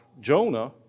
Jonah